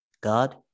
God